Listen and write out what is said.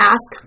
Ask